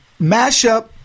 mashup